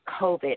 COVID